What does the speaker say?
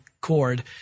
cord